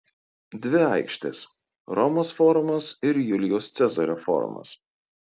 dvi aikštės romos forumas ir julijaus cezario forumas